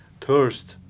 thirst